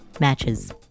matches